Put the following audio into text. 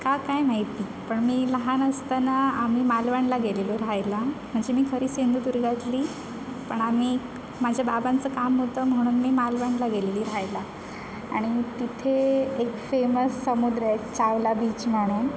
का काय माहिती पण मी लहान असताना आम्ही मालवणला गेलेलो राहायला म्हणजे मी खरी सिंधुदुर्गातली पण आम्ही माझ्या बाबांचं काम होतं म्हणून मी मालवणला गेलेले राहायला आणि तिथे एक फेमस समुद्र आहे चावला बीच म्हणून